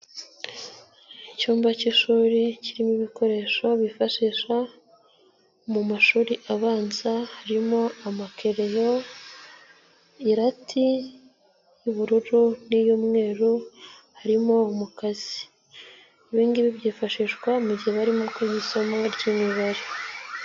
Icyumba cy'ishuri, kirimo ibikoresho bifashisha mu mashuri abanza, harimo amakereyo, irati y'ubururu n'iy'umweru, harimo umukasi. Ibi ngibi byifashishwa mu gihe barimo kwiga isomo ry'imibare.